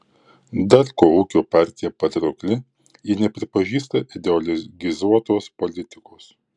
dar kuo ūkio partija patraukli ji nepripažįsta ideologizuotos politikos